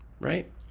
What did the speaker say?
right